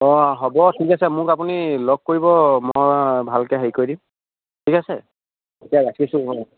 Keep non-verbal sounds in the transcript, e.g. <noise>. অঁ হ'ব ঠিক আছে মোক আপুনি লগ কৰিব মই ভালকৈ হেৰি কৰি দিম ঠিক আছে এতিয়া ৰাখিছোঁ <unintelligible>